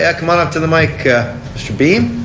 ah come on up to the mic mr. beam.